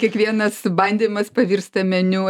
kiekvienas bandymas pavirsta meniu